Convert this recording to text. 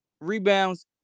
rebounds